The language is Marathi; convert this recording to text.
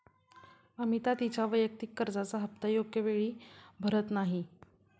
अमिता तिच्या वैयक्तिक कर्जाचा हप्ता योग्य वेळी भरत नाही